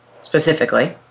specifically